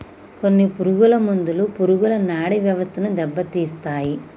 కొన్ని పురుగు మందులు పురుగుల నాడీ వ్యవస్థను దెబ్బతీస్తాయి